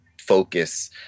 focus